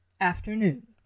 afternoon